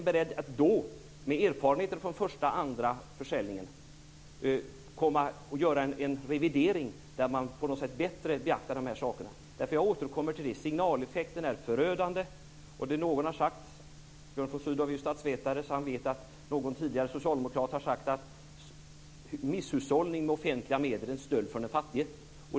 Nu har ju första omgången av utvärderingen varit, andra omgången ska dras i gång och revisorerna kommer rimligtvis med sin rapport någon gång vid halvårsskiftet. Jag återkommer till att signaleffekten är förödande. Björn von Sydow är ju statsvetare så han vet att någon tidigare socialdemokrat har sagt att misshushållning med offentliga medel är en stöld från den fattige.